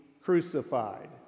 crucified